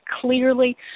clearly